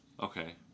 Okay